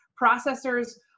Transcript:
processors